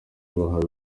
bahawe